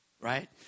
right